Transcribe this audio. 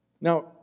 Now